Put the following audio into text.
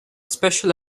special